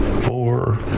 four